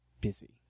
busy